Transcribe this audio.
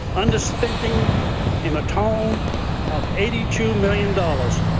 underspending in a tone of eighty two million dollars.